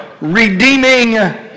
redeeming